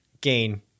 gain